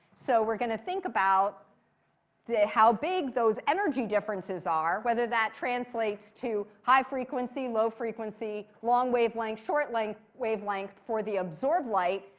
so we're going to think about how big those energy differences are, whether that translates to high frequency, low frequency, long wavelength, short length wavelength for the absorb light.